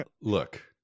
look